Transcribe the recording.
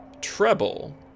Treble